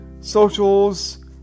socials